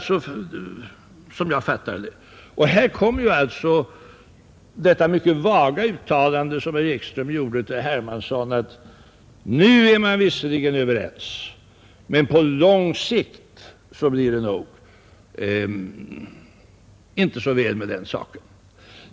Som jag fattade det kommer alltså detta mycket vaga uttalande som herr Ekström gjorde till herr Hermansson att innebära att nu är man visserligen överens, socialdemokrater och demokratisk opposition, men på lång sikt blir det nog inte så väl med den saken.